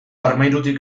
armairutik